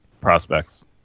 prospects